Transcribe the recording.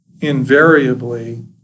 invariably